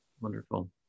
wonderful